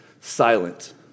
silent